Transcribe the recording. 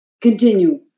continue